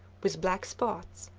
with black spots.